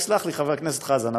יסלח לי חבר הכנסת חזן.